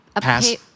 Pass